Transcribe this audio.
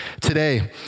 today